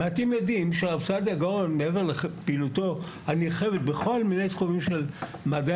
מעטים יודעים שמעבר לפעילותו הנרחבת בכל מיני תחומים של מדעי